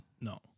No